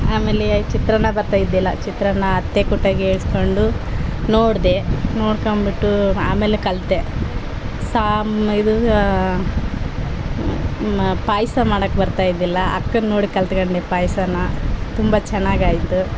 ಆಮೇಲೆ ಚಿತ್ರನ್ನ ಬರ್ತಾ ಇದ್ದಿಲ್ಲ ಚಿತ್ರನ್ನ ಅತ್ತೆ ಕುಟ್ಟಾಗೆ ಹೇಳಿಸ್ಕೊಂಡು ನೋಡಿದೆ ನೋಡ್ಕೊಂಬಿಟ್ಟು ಆಮೇಲೆ ಕಲಿತೆ ಸಾಮ್ ಇದು ಪಾಯಸ ಮಾಡೋಕ್ ಬರ್ತಾ ಇದ್ದಿಲ್ಲಾ ಅಕ್ಕನ ನೋಡಿ ಕಲಿತ್ಕೊಂಡೆ ಪಾಯಸ ತುಂಬ ಚೆನ್ನಾಗ್ ಆಯಿತು